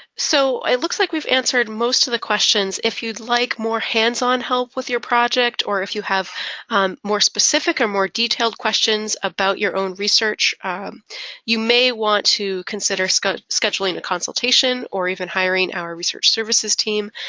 so it looks like we've answered most of the questions. if you'd like more hands-on help with your project or if you have um more specific or more detailed questions about your own research you may want to consider so but scheduling a a consultation or even hiring our research services team.